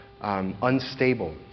unstable